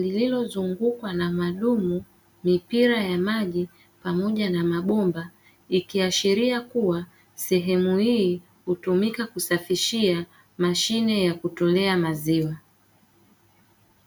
lililozungukwa na madumu, mipira wa maji pamoja na mabomba, ikiashiria kuwa sehemu hii hutumika kusafishia mashine ya kutolea maziwa.